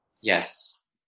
Yes